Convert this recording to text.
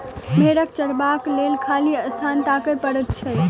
भेंड़ चरयबाक लेल खाली स्थान ताकय पड़ैत छै